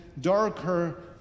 darker